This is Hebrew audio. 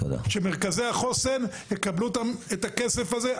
שמרכזי החוסן יקבלו את הכסף הזה.